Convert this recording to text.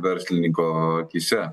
verslininko akyse